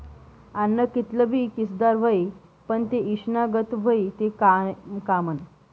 आन्न कितलं भी कसदार व्हयी, पन ते ईषना गत व्हयी ते काय कामनं